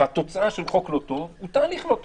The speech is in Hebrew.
והתוצאה של חוק לא טוב היא תהליך לא טוב.